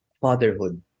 fatherhood